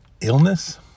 illness